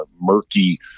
murky